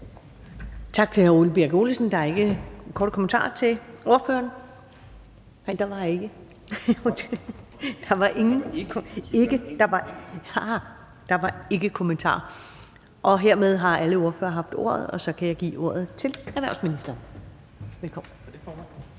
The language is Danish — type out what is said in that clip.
Tak til hr. Ole Birk Olesen. Der er ikke nogen korte bemærkninger til ordføreren. Hermed har alle ordførere haft ordet, og så kan jeg give ordet til erhvervsministeren. Velkommen.